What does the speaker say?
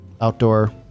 outdoor